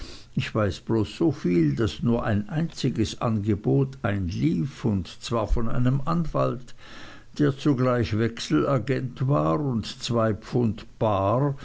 ich weiß bloß soviel daß nur ein einziges angebot einlief und zwar von einem anwalt der zugleich wechselagent war und zwei pfund bar